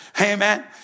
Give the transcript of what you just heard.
amen